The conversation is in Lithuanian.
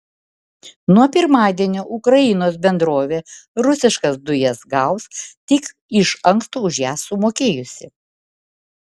nuo pirmadienio ukrainos bendrovė rusiškas dujas gaus tik iš anksto už jas sumokėjusi